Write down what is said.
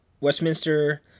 Westminster